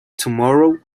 tomorrow